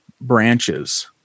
branches